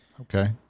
okay